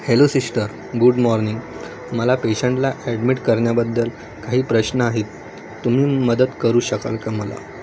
hello sister good morning मला पेशंटला admit करण्याबद्दल काही प्रश्न आहेत तुम्ही मदत करू शकाल का मला